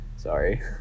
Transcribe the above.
Sorry